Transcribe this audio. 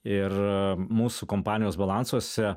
ir mūsų kompanijos balansuose